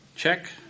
Check